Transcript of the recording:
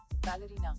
ballerina